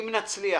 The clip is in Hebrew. אם נצליח,